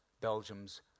Belgium's